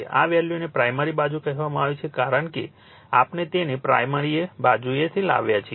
આ વેલ્યુને પ્રાઇમરી બાજુ કહેવામાં આવે છે કારણ કે આપણે તેને પ્રાઇમરી બાજુએ લાવ્યા છીએ